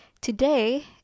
today